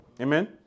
Amen